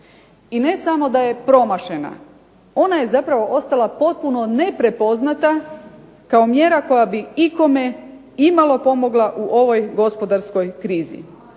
I ne samo da je promašena, ona je zapravo ostala potpuno neprepoznata kao mjera koja bi ikome imalo pomogla u ovoj gospodarskoj krizi.